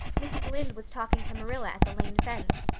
mrs. lynde was talking to marilla at the lane fence.